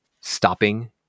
stopping